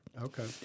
Okay